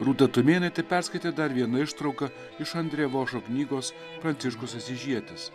rūta tumėnaitė perskaitė dar vieną ištrauką iš andrė vošo knygos pranciškus asyžietis